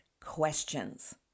questions